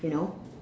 you know